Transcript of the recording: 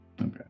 Okay